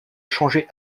changer